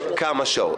הביתה.